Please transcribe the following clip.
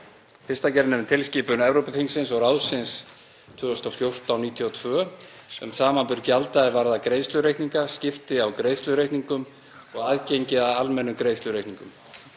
fjármálaþjónustu: 1. Tilskipun Evrópuþingsins og ráðsins 2014/92/ESB um samanburð gjalda er varða greiðslureikninga, skipti á greiðslureikningum og aðgengi að almennum greiðslureikningum.